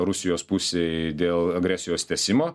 rusijos pusei dėl agresijos tęsimo